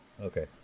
Okay